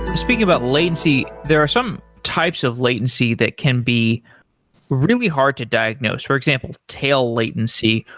speaking about latency, there are some types of latency that can be really hard to diagnose. for example, tail latency,